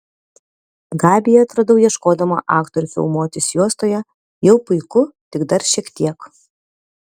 gabiją atradau ieškodama aktorių filmuotis juostoje jau puiku tik dar šiek tiek